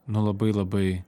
nu labai labai